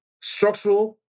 structural